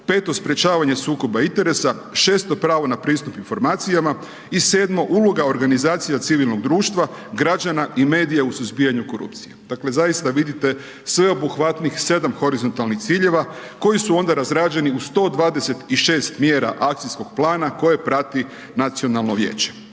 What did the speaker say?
peto sprječavanje sukoba interesa 6. pravo na pristup informacijama i 7. uloga organizacija civilnog društva, građana i medija u suzbijanju korupcije. Dakle, zaista vidite sveobuhvatnih 7 horizontalnih ciljeva, koji su onda izrađeni u 126 mjera akcijskog plana koje prati nacionalno vijeće.